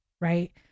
right